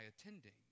attending